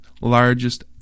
largest